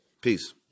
Peace